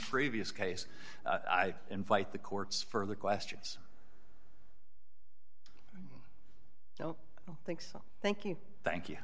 previous case i invite the courts for the questions so i think so thank you thank you